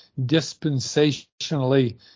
dispensationally